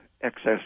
excess